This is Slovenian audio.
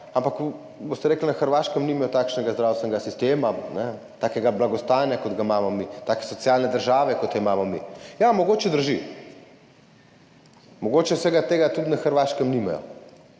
ampak rekli boste, da na Hrvaškem nimajo takšnega zdravstvenega sistema, takega blagostanja, kot ga imamo mi, take socialne države, kot jo imamo mi. Ja, mogoče drži, mogoče vsega tega tudi na Hrvaškem nimajo,